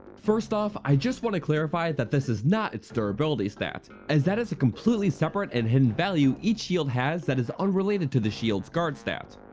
first off, i just want to clarify that this is not its durability stat, as that is a completely separate and hidden value each shield has that is unrelated to the shields guard stat.